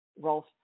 Rolf